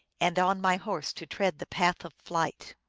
and on my horse to tread the path of flight,